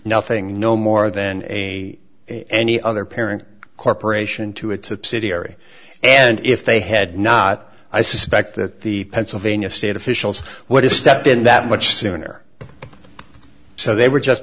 nothing no more than a any other parent corporation to its subsidiary and if they had not i suspect that the pennsylvania state officials what is stepped in that much sooner so they were just